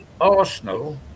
Arsenal